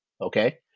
Okay